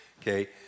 okay